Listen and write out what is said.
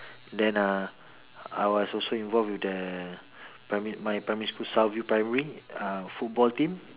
then uh I was also involved with the primary my primary school south view primary uh football team